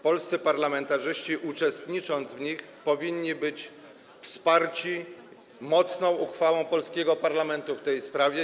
Polscy parlamentarzyści, uczestnicząc w nich, powinni być wsparci mocną uchwałą polskiego parlamentu w tej sprawie.